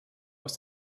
aus